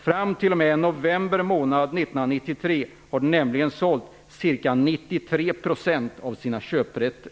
Fram t.o.m. november månad 1993 hade de nämligen sålt ca 93 % av sina köprätter.